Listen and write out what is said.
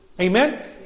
Amen